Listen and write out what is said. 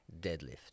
deadlift